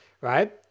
right